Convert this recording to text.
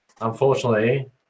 unfortunately